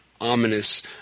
ominous